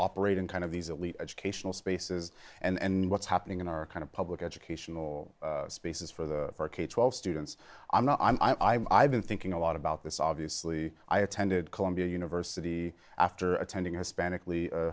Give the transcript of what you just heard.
operate in kind of these elite educational spaces and what's happening in our kind of public educational spaces for the for k twelve students i'm not i'm i've been thinking a lot about this obviously i attended columbia university after attending hispanic